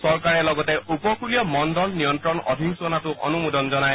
চৰকাৰে লগতে উপকূলীয় মণ্ডল নিয়ন্ত্ৰণ অধিসূচনাতো অনুমোদন জনায়